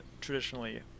traditionally